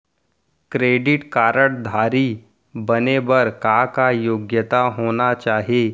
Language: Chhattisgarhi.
क्रेडिट कारड धारी बने बर का का योग्यता होना चाही?